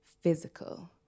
physical